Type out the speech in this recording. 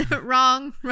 wrong